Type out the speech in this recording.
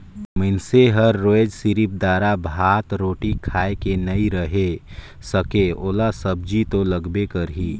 मइनसे हर रोयज सिरिफ दारा, भात, रोटी खाए के नइ रहें सके ओला सब्जी तो लगबे करही